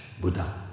Buddha